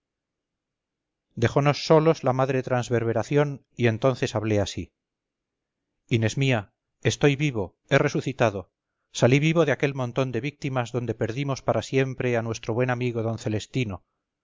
dejonos solos la madre transverberación y entonces hablé así inés mía estoy vivo he resucitado salí vivo de aquel montón de victimas donde perdimos parasiempre a nuestro buen amigo d celestino